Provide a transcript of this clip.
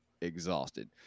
exhausted